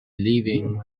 leaving